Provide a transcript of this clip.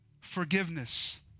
Forgiveness